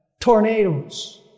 tornadoes